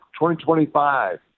2025